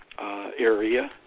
area